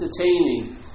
Entertaining